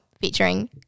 featuring